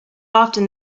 often